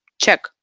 check